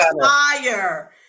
fire